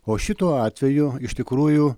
o šituo atveju iš tikrųjų